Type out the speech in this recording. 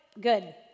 good